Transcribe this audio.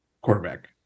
quarterback